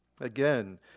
Again